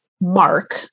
Mark